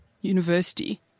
university